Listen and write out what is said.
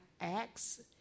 acts